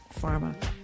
pharma